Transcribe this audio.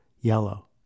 yellow